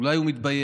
אולי הוא מתבייש.